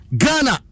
Ghana